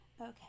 okay